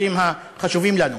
הנושאים החשובים לנו.